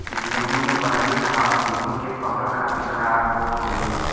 गेंहू में बनरी घास गेंहू के फसल खातिर खराब होत हउवे